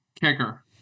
Kicker